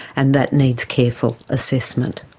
and that needs careful assessment.